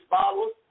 followers